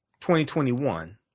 2021